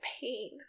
pain